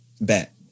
Bet